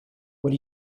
what